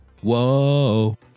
Whoa